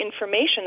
information